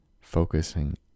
focusing